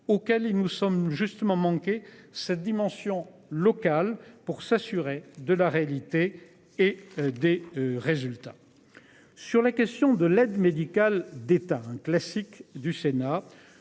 auquel il nous sommes justement manqué cette dimension locale pour s'assurer de la réalité et des résultats. Sur la question de l'aide médicale d'État, un classique du Sénat